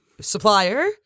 supplier